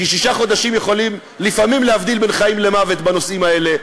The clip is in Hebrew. כי שישה חודשים יכולים לפעמים להבדיל בין חיים למוות בנושאים האלה,